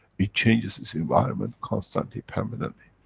it changes its environment constantly, permanently.